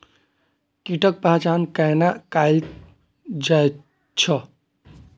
कीटक पहचान कैना कायल जैछ?